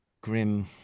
grim